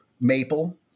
maple